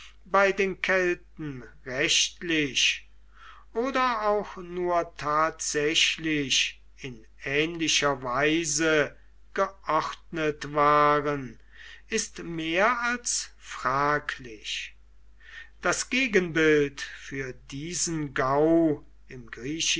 bei den kelten rechtlich oder auch nur tatsächlich in ähnlicher weise geordnet waren ist mehr als fraglich das gegenbild für diesen gau im